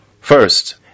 first